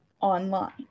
online